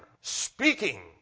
speaking